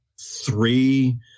three